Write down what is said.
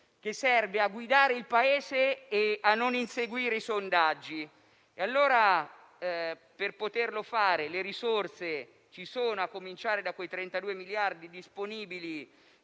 che serve a guidare il Paese e non a inseguire i sondaggi. Per poterlo fare le risorse ci sono, a cominciare dai 32 miliardi disponibili;